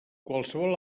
qualsevol